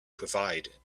provide